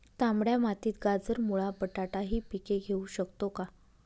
तांबड्या मातीत गाजर, मुळा, बटाटा हि पिके घेऊ शकतो का?